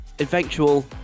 eventual